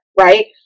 right